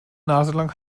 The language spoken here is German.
naselang